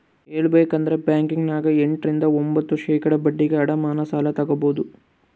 ಹೇಳಬೇಕಂದ್ರ ಬ್ಯಾಂಕಿನ್ಯಗ ಎಂಟ ರಿಂದ ಒಂಭತ್ತು ಶೇಖಡಾ ಬಡ್ಡಿಗೆ ಅಡಮಾನ ಸಾಲ ತಗಬೊದು